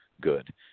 good